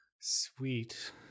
sweet